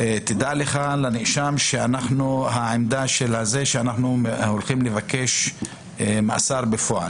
דע לך שאנחנו הולכים לבקש מאסר בפועל,